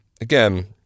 again